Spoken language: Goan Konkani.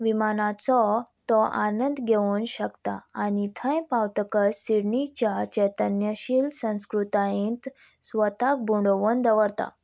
विमानाचो तो आनंद घेवन शकता आनी थंय पावतकच सिडनीच्या चैतन्यशील संस्कृतायेंत स्वताक बुडोवन दवरता